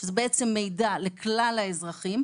שזה בעצם מידע לכלל האזרחים.